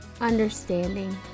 understanding